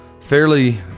fairly